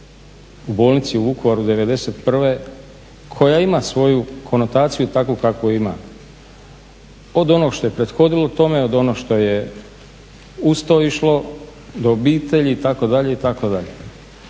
u bolnici u Vukovaru '91. koja ima svoju konotaciju takvu kakvu ima. Od onog što je prethodilo tome, od onog što je uz to išlo do obitelji itd., itd.